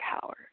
power